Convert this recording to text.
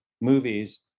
movies